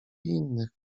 innych